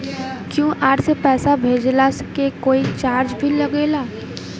QR से पैसा भेजला के कोई चार्ज भी लागेला?